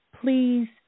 Please